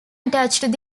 attached